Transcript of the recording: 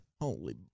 Holy